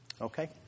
Okay